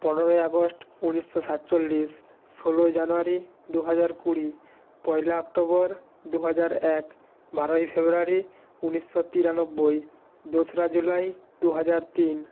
পনেরোই আগস্ট উনিশশো সাতচল্লিশ ষোলোই জানুয়ারি দুহাজার কুড়ি পয়লা অক্টোবর দুহাজার এক বারোই ফেব্রুয়ারি উনিশশো তিরানব্বই দোসরা জুলাই দুহাজার তিন